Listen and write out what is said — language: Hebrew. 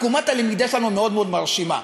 עקומת הלמידה שלנו מאוד מאוד מרשימה.